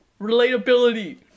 relatability